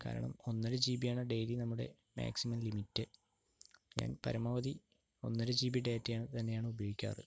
കാരണം ഒന്നര ജി ബിയാണ് ഡെയിലി നമ്മുടെ മാക്സിമം ലിമിറ്റ് ഞാൻ പരമാവധി ഒന്നര ജിബി ഡാറ്റയാണ് തന്നെയാണ് ഉപയോഗിക്കാറ്